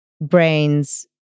brains